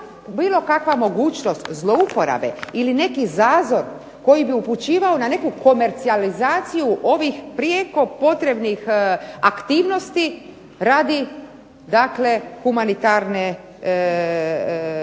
bilo kakva mogućnost zlouporabe ili neki zazor koji bi upućivao na neku komercijalizaciju ovih prijeko potrebnih aktivnosti radi dakle humanitarne